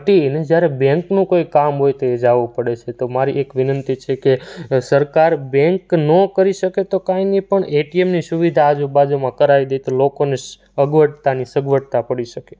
વટીને જ્યારે બેંકનું કોઈ કામ હોય તે એ જવું પડે છે તો મારી એક વિનંતી છે કે સરકાર બેંક ન કરી શકે તો કાંઈ નહીં પણ એટીએમની સુવિધા આજુબાજુમાં કરાવી દે તો લોકોને અગવડતાની સગવડતા પડી શકે